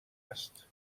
هست